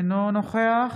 אינו נוכח